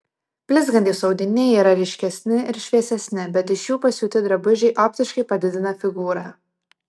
blizgantys audiniai yra ryškesni ir šviesesni bet iš jų pasiūti drabužiai optiškai padidina figūrą